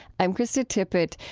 i'm krista tippett.